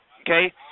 Okay